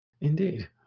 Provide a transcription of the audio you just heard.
Indeed